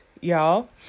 y'all